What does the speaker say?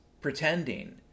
pretending